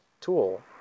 tool